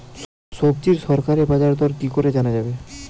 সবজির সরকারি বাজার দর কি করে জানা যাবে?